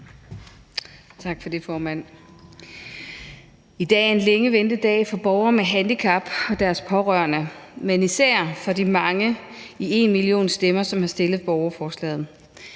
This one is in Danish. I dag er en længe ventet dag for borgere med handicap og deres pårørende, men især for de mange i #enmillionstemmer, som har stillet borgerforslaget.